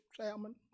salmon